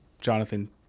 Jonathan